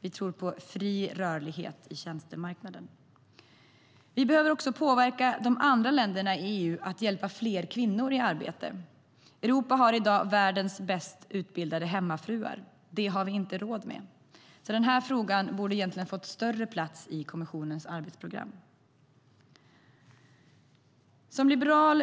Vi tror på fri rörlighet på tjänstemarknaden. Som liberal